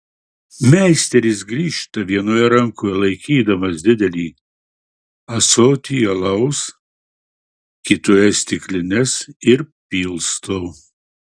meisteris grįžta vienoje rankoje laikydamas didelį ąsotį alaus kitoje stiklines ir pilsto